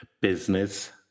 business